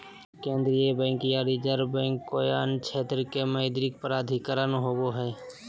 केन्द्रीय बैंक या reserve bank कोय अन्य क्षेत्र के मौद्रिक प्राधिकरण होवो हइ